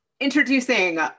Introducing